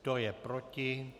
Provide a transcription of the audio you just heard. Kdo je proti?